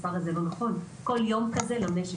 כל יום כזה למשק,